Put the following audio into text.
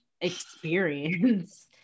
experience